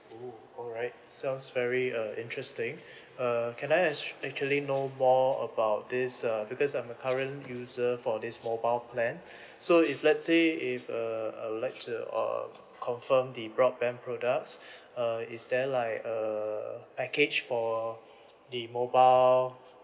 oh alright sounds very uh interesting err can I ask actually know more about this uh because I'm a current user for this mobile plan so if let's say if err I would like to err confirm the broadband products uh is there like a package for the mobile